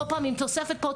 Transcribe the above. כל פעם עם תוספת פה,